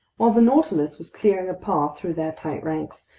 while the nautilus was clearing a path through their tight ranks,